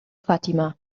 fatima